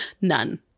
None